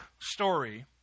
story